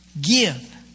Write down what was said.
Give